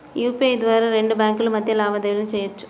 UPI ద్వారా రెండు బ్యేంకుల మధ్య లావాదేవీలను చెయ్యొచ్చు